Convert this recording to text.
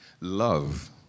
love